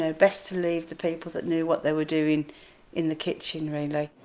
ah best to leave the people that knew what they were doing in the kitchen really.